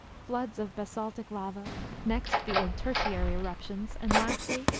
floods of basaltic lava next the old tertiary eruptions and, lastly,